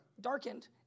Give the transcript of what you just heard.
darkened